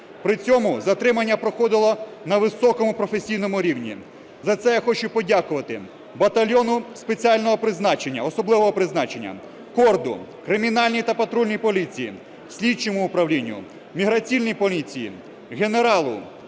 При цьому затримання проходило на високому професійному рівні. За це я хочу подякувати батальйону спеціального призначення, особливого призначення "Корд", кримінальній та патрульній поліції, слідчому управлінню, міграційній поліції, генералу,